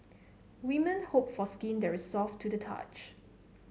women hope for skin that is soft to the touch